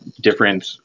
different